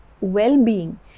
well-being